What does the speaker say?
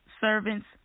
servants